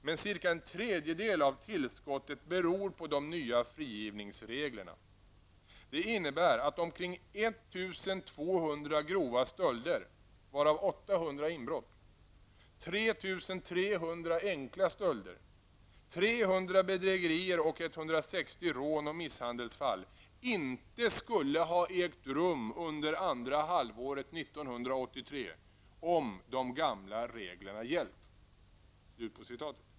''Men cirka en tredjedel av tillskottet beror på de nya frigivningsreglerna. Det innebär att omkring 1.200 grova stölder , 3.300 enkla stölder, 300 bedrägerier och 160 rån och misshandelsfall inte skulle ha ägt rum under andra halvåret 1983, om de gamla reglerna gällt.''